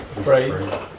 Right